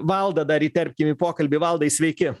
valdą dar įterpkim į pokalbį valdai sveiki